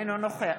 אינו נוכח